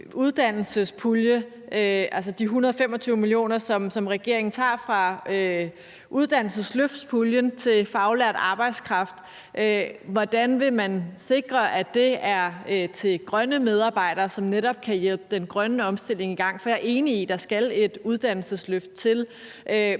de 125 mio. kr., som regeringen tager fra uddannelsesløftspuljen til faglært arbejdskraft. Hvordan vil man sikre, at det er til grønne medarbejdere, som netop kan hjælpe den grønne omstilling i gang? Jeg er enig i, at der skal et uddannelsesløft til,